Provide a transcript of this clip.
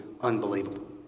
unbelievable